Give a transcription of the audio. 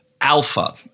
Alpha